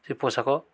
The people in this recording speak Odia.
ସେ ପୋଷାକ